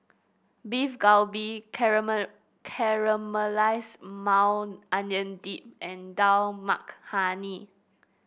Beef Galbi Caramelize Maui Onion Dip and Dal Makhani